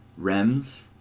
REMS